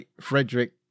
Frederick